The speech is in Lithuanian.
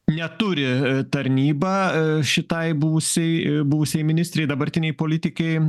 neturi tarnyba šitai buvusiai buvusiai ministrei dabartinei politikei